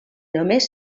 només